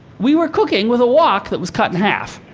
we were cooking with a wok that was cut in half.